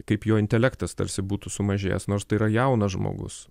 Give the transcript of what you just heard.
kaip jo intelektas tarsi būtų sumažėjęs nors tai yra jaunas žmogus